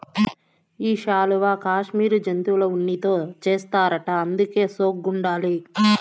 ఈ శాలువా కాశ్మీరు జంతువుల ఉన్నితో చేస్తారట అందుకే సోగ్గుండాది